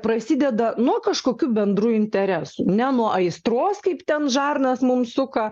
prasideda nuo kažkokių bendrų interesų ne nuo aistros kaip ten žarnas mum suka